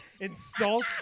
insult